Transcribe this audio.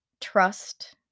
trust